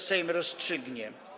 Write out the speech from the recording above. Sejm rozstrzygnie.